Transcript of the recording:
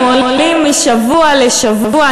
אנחנו עולים משבוע לשבוע.